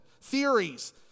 Theories